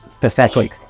pathetic